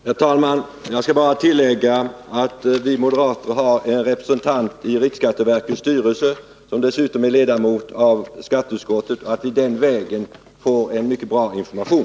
Herr talman! Jag skall bara tillägga att vi moderater har en representant i riksskatteverkets styrelse, som dessutom är ledamot av skatteutskottet, och att vi den vägen får en mycket bra information.